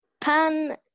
Pan